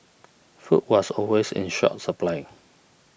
food was always in short supply